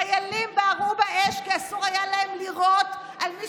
חיילים בערו באש כי אסור היה להם לירות על מי